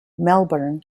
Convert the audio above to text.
melbourne